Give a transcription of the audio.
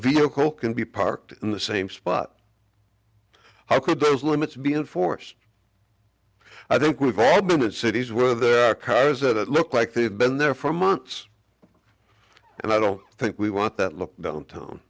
vehicle can be parked in the same spot how could those limits be enforced i think we've all been in cities where there are cars that look like they've been there for months and i don't think we want that look downtown